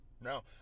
No